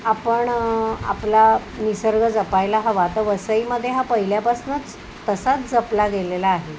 आपण आपला निसर्ग जपायला हवा तर वसईमध्ये हा पहिल्यापासूनच तसाच जपला गेलेला आहे